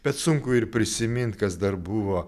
bet sunku ir prisimint kas dar buvo